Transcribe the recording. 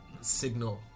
signal